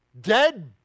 dead